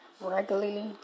regularly